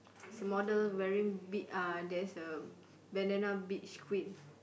it's a model wearing be~ uh there's a bandana beach queen